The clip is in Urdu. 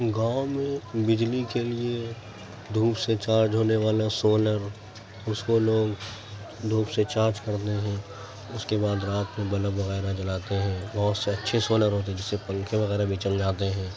گاؤں میں بجلی کے لیے دھوپ سے چارج ہونے والا سولر اس کو لوگ دھوپ سے چارج کرنے ہیں اس کے بعد رات میں بلب وغیرہ جلاتے ہیں بہت سے اچھے سولر ہوتے ہیں جس سے پنکھے وغیرہ بھی چل جاتے ہیں